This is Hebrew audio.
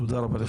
תודה רבה.